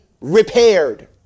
repaired